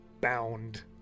bound